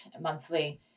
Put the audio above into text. monthly